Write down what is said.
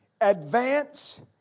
advance